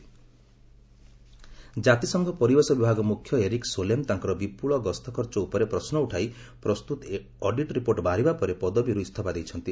UN resignation ଜାତିସଂଘ ପରିବେଶ ବିଭାଗ ମୁଖ୍ୟ ଏରିକ୍ ସୋଲେମ୍ ତାଙ୍କର ବିପୁଳ ଗସ୍ତ ଖର୍ଚ୍ଚ ଉପରେ ପ୍ରଶ୍ନ ଉଠାଇ ପ୍ରସ୍ତୁତ ଅଡିଟ୍ ରିପୋର୍ଟ ବାହାରିବା ପରେ ପଦବୀରୁ ଇସ୍ତଫା ଦେଇଛନ୍ତି